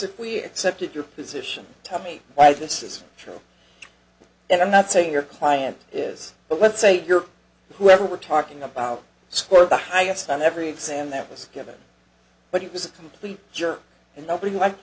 if we accept your position tell me i think this is true i'm not saying your client is but let's say you're whoever we're talking about scored the highest on every exam that was given but it was a complete jerk and nobody liked